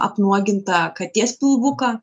apnuogintą katės pilvuką